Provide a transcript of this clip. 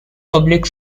public